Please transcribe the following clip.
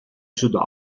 ajudá